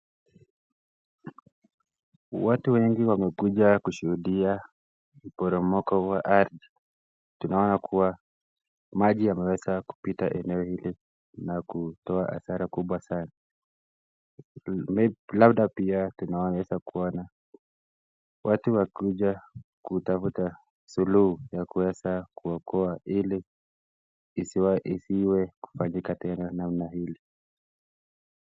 Watu wengi wamekuja kushuudia mporomoko wa ardhi. Tunaona kuwa maji yameweza kupita eneo hili na kutoka asara kubwa sana . Labda pia tunaweza Kuona watu wakuja kutafuta suluhu ya kuweza kuokoa , Ili isiwe kufanyika Tena namna hili.